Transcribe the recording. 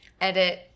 edit